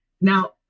Now